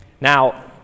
Now